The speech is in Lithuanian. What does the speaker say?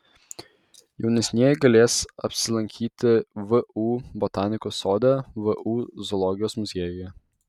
jaunesnieji galės apsilankyti vu botanikos sode vu zoologijos muziejuje